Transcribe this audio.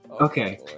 Okay